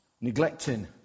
Neglecting